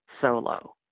solo